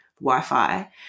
Wi-Fi